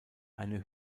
eine